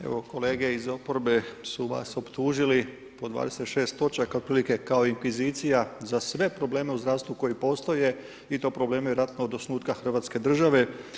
Evo kolege iz oporbe su vas optužili po 26 točaka otprilike kao inkvizicija za sve probleme u zdravstvu koje postoje i to probleme ratnog osnutka Hrvatske države.